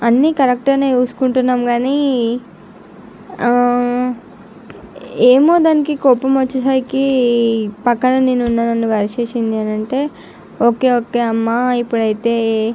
అన్ని కరక్ట్గానే చూసుకుంటున్నాం కానీ ఏమో దానికి కోపం వచ్చేసరికి పక్కన నేను ఉన్న నన్ను కరిచేసింది అని అంటే ఓకే ఓకే అమ్మ ఇప్పుడైతే